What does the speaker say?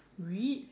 read